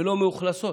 ולא מאוכלסות.